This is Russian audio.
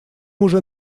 уже